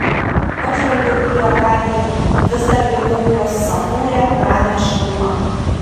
pažvelgiau į leokadiją vis dar jutau jos santūrią ramią šilumą